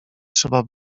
trzeba